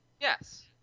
Yes